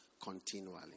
continually